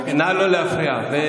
נא לא להפריע.